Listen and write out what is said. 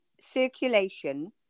circulation